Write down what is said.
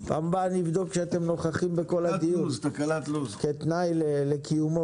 בפעם הבאה אבדוק שאתם נוכחים בכל הדיון כתנאי לקיומו.